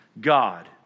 God